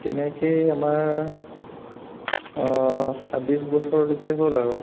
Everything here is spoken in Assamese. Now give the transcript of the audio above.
তেনেকেই আমাৰ ছাব্বিছ বছৰলৈকে হ'ল আৰু